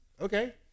Okay